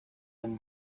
him